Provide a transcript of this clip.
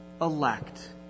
elect